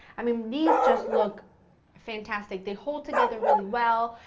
i mean these just look fantastic, they hold together really well,